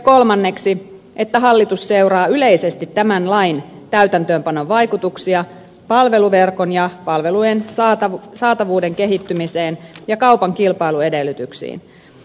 kolmanneksi että hallitus seuraa yleisesti tämän lain täytäntöönpanon vaikutuksia palveluverkon ja palvelujen saatavuuden kehittymiseen ja kaupan kilpailuedellytyksiin